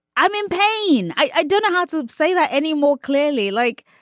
i'm in pain i don't know how to say that any more clearly like,